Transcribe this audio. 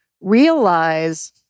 realize